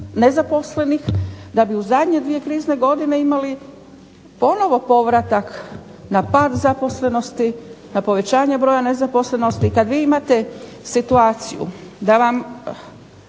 nezaposlenih, da bi u zadnje dvije krizne godine imali ponovno povratak na pad zaposlenosti, na povećanje broja nezaposlenosti, i kad vi imate situaciju da vam